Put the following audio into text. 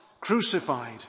crucified